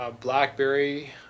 blackberry